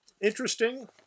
interesting